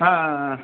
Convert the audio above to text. ஆ ஆ ஆ